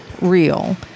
real